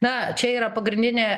na čia yra pagrindinė